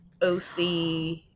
OC